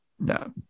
No